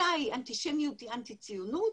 מתי אנטישמיות היא אנטי ציונות,